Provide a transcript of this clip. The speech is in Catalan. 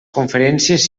conferències